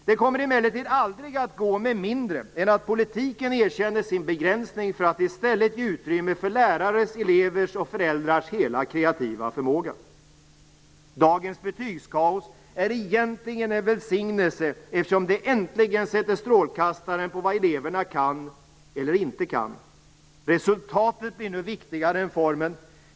Det kommer emellertid aldrig att gå med mindre än att politiken erkänner sin begränsning för att i stället ge utrymme för lärares, elevers och föräldrars hela kreativa förmåga. Dagens betygskaos är egentligen en välsignelse, eftersom det äntligen sätter strålkastaren på vad eleverna kan eller inte kan. Resultatet blir nu viktigare än formen.